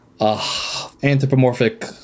anthropomorphic